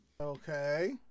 Okay